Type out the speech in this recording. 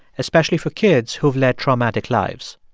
especially for kids who have led traumatic lives.